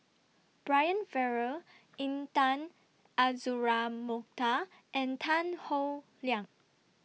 Brian Farrell Intan Azura Mokhtar and Tan Howe Liang